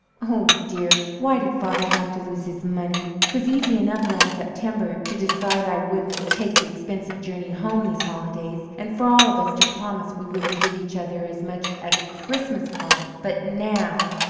oh, dear, why did father have to lose his money? twas easy enough last september to decide i wouldn't take the expensive journey home these holidays, and for all of us to promise we wouldn't give each other as much as a christmas card. but now!